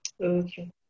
okay